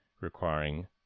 requiring